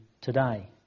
today